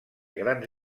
grans